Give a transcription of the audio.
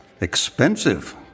expensive